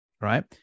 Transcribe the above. right